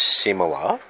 similar